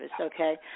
okay